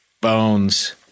Bones